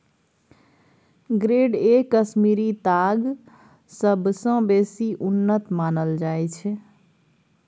grade A Kashmiri ताग सबसँ बेसी उन्नत मानल जाइ छै